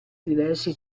diversi